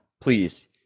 please